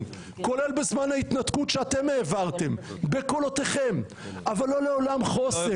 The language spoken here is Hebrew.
כולל בזמן ההתנתקות שאתם העברתם בקולותיכם אבל לא לעולם חוסן.